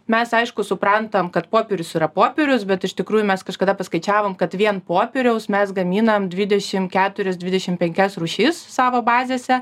mes aišku suprantam kad popierius yra popierius bet iš tikrųjų mes kažkada paskaičiavom kad vien popieriaus mes gaminam dvidešim keturias dvidešim penkias rūšis savo bazėse